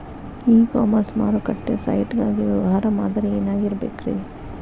E commerce ಮಾರುಕಟ್ಟೆ site ಗಾಗಿ ವ್ಯವಹಾರ ಮಾದರಿ ಏನಾಗಿರಬೇಕ್ರಿ?